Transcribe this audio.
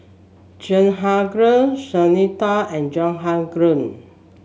Jehangirr Sunita and Jehangirr